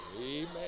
Amen